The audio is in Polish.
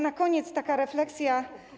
Na koniec taka refleksja.